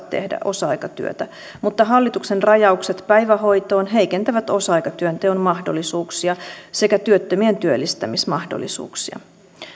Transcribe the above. tehdä osa aikatyötä mutta hallituksen rajaukset päivähoitoon heikentävät osa aikatyönteon mahdollisuuksia sekä työttömien työllistämismahdollisuuksia